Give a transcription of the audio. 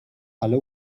ale